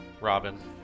Robin